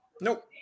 Nope